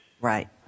Right